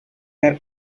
are